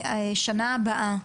לשנה הבאה.